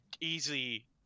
easy